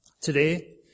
Today